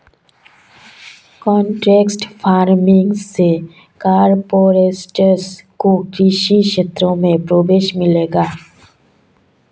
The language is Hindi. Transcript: कॉन्ट्रैक्ट फार्मिंग से कॉरपोरेट्स को कृषि क्षेत्र में प्रवेश मिलेगा